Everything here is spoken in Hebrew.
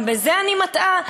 גם בזה אני מטעה?